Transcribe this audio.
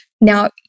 Now